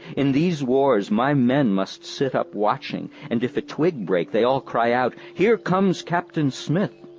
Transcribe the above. in these wars, my men must sit up watching, and if a twig break, they all cry out here comes captain smith!